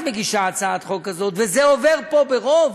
מגישה הצעת חוק כזאת וזה עובר פה ברוב,